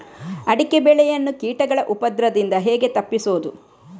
ಅಡಿಕೆ ಬೆಳೆಯನ್ನು ಕೀಟಗಳ ಉಪದ್ರದಿಂದ ಹೇಗೆ ತಪ್ಪಿಸೋದು?